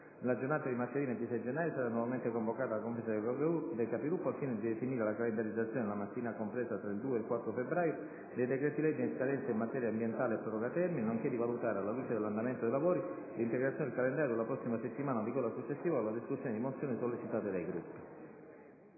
giornata di martedì 26 gennaio sarà nuovamente convocata la Conferenza dei Capigruppo al fine di definire la calendarizzazione, nella settimana compresa tra il 2 e il 4 febbraio, dei decreti-legge in scadenza in materia ambientale e proroga termini, nonché di valutare, alla luce dell'andamento dei lavori, l'integrazione del calendario della prossima settimana o di quella successiva con la discussione di mozioni sollecitate dai Gruppi.